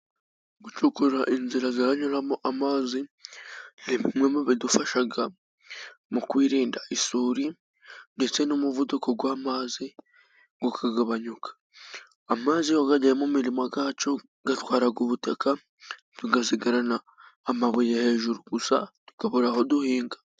Gucukura inzira ziranyuramo amazi，ni bimwe bidufasha mu kwirinda isuri ndetse n'umuvuduko w'amazi agabanyuka，amazi iyo agiye mu mirima yacu atwara ubutaka， tugasigarana amabuye hejuru gusa tukabura aho duhinga.